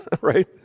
right